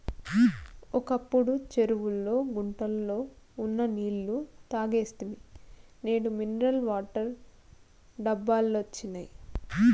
ఒకప్పుడు చెరువుల్లో గుంటల్లో ఉన్న నీళ్ళు తాగేస్తిమి నేడు మినరల్ వాటర్ డబ్బాలొచ్చినియ్